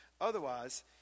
Otherwise